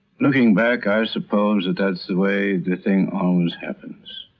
looking back i suppose that that's the way the thing always happens.